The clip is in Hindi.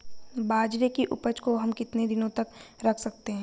बाजरे की उपज को हम कितने दिनों तक रख सकते हैं?